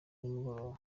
nimugoroba